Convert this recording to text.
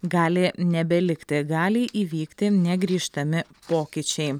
gali nebelikti gali įvykti negrįžtami pokyčiai